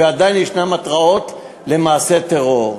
ועדיין יש התרעות על מעשי טרור.